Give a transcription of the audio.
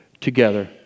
together